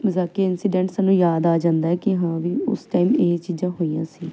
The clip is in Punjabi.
ਮਜ਼ਾਕੀਆ ਇੰਸੀਡੈਂਟ ਸਾਨੂੰ ਯਾਦ ਆ ਜਾਂਦਾ ਕਿ ਹਾਂ ਵੀ ਉਸ ਟਾਈਮ ਇਹ ਚੀਜ਼ਾਂ ਹੋਈਆਂ ਸੀ